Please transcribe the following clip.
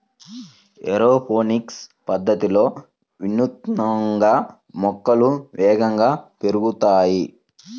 aeroponics పద్ధతిలో వినూత్నంగా మొక్కలు వేగంగా పెరుగుతాయి